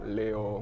leo